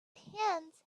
hands